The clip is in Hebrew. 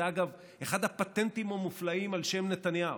זה, אגב, אחד הפטנטים המופלאים על שם נתניהו: